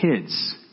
kids